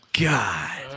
God